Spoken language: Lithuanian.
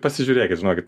pasižiūrėkit žinokit